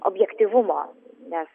objektyvumo nes